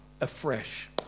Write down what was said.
afresh